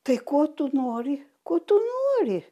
tai ko tu nori ko tu nori